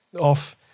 off